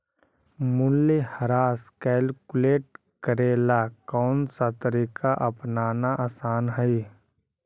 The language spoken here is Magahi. मूल्यह्रास कैलकुलेट करे ला कौनसा तरीका अपनाना आसान हई